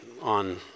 on